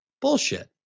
bullshit